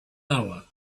hour